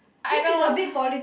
I don't want